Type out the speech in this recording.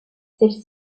celles